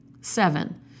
Seven